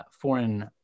foreign